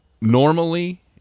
normally